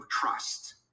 trust